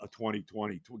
2020